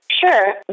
Sure